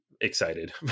excited